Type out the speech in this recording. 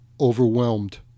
overwhelmed